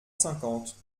cinquante